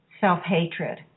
self-hatred